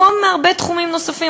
כמו בהרבה תחומים אחרים,